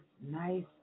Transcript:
nice